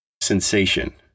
sensation